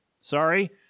Sorry